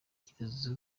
byitezwe